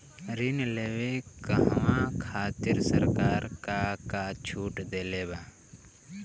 ऋण लेवे कहवा खातिर सरकार का का छूट देले बा?